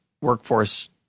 workforce